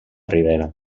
rivera